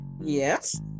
Yes